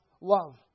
love